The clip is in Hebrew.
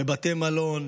בבתי מלון,